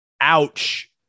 Ouch